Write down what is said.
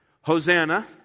Hosanna